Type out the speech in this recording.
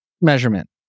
measurement